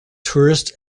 tourists